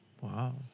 Wow